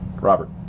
Robert